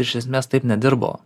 iš esmės taip nedirbo